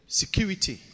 security